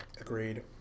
Agreed